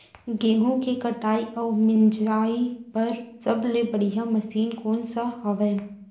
गेहूँ के कटाई अऊ मिंजाई बर सबले बढ़िया मशीन कोन सा हवये?